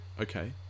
Okay